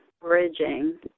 bridging